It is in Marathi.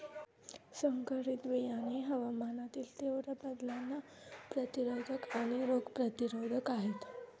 संकरित बियाणे हवामानातील तीव्र बदलांना प्रतिरोधक आणि रोग प्रतिरोधक आहेत